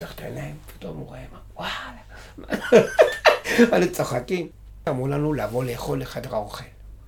פותח את העיניים, פתאום הוא רואה מה, וואלה. אלו צוחקים. אמרו לנו לבוא לאכול לחדר האוכל.